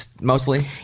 mostly